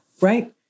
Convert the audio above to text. right